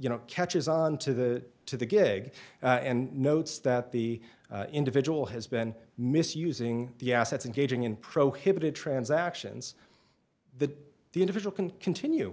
you know catches on to the to the gig and notes that the individual has been misusing the assets engaging in prohibited transactions that the individual can continue